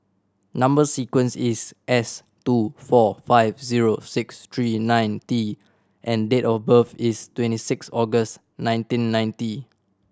number sequence is S two four five zero six three nine T and date of birth is twenty six August nineteen ninety